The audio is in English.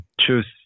choose